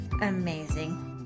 amazing